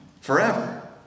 forever